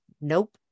Nope